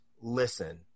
listen